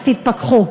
אז תתפכחו.